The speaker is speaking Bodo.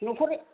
न'खर